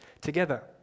together